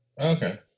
Okay